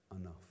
enough